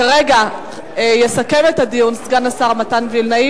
כרגע יסכם את הדיון סגן השר מתן וילנאי